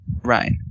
Right